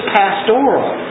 pastoral